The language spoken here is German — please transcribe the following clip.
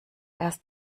erst